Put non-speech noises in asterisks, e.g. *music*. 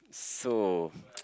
so *noise*